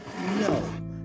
no